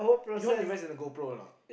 you want to invest in the GoPro or not